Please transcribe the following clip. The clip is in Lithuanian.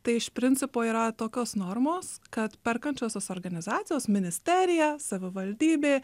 tai iš principo yra tokios normos kad perkančiosios organizacijos ministerija savivaldybė